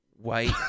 white